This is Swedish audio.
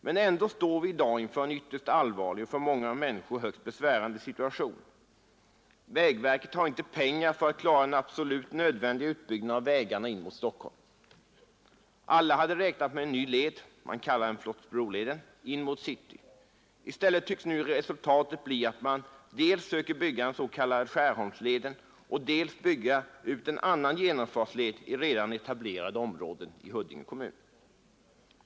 Men ändå står vi i dag inför en ytterst allvarlig och för många människor högst besvärande situation. Vägverket har inte pengar för att klara den absolut nödvändiga utbyggnaden av vägarna in mot Stockholm. Alla hade räknat med en ny led, den s.k. Flottsbroleden, in mot city. I stället tycks nu resultatet bli att man söker dels bygga den s.k. Skärholmsleden, dels bygga ut en annan genomfartsled i redan etablerade områden i Huddinge kommun.